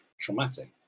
traumatic